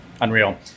unreal